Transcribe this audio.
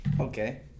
Okay